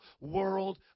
world